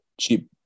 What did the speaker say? cheap